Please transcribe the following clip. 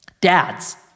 Dads